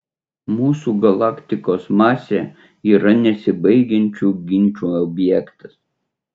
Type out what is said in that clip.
mūsų galaktikos masė yra nesibaigiančių ginčų objektas